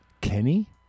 Kenny